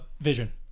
Vision